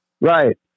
Right